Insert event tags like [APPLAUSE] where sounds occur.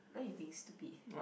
why you being stupid [BREATH]